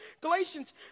Galatians